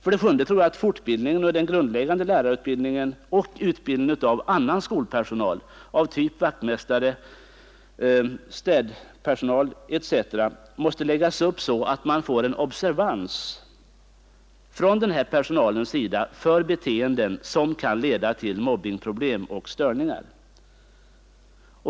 För det sjunde: Jag tror att fortbildningen och den grundläggande lärarutbildningen samt utbildningen av annan skolpersonal av typ vaktmästare, städpersonal etc. måste läggas upp så att man får en observans från personalens sida för beteenden som kan leda till mobbningsproblem och störningar.